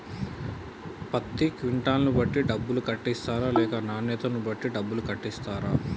పత్తి క్వింటాల్ ను బట్టి డబ్బులు కట్టిస్తరా లేక నాణ్యతను బట్టి డబ్బులు కట్టిస్తారా?